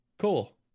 Cool